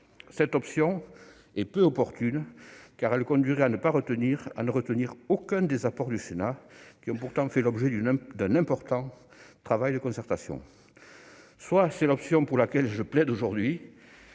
Cette option est peu opportune, car elle conduirait à ne retenir aucun des apports du Sénat, qui ont pourtant fait l'objet d'un important travail de concertation. Soit, et c'est l'option pour laquelle je plaide aujourd'hui,